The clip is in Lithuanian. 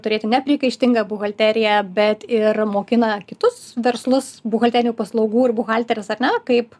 turėti nepriekaištingą buhalteriją bet ir mokina kitus verslus buhalterinių paslaugų ir buhalteres ar ne kaip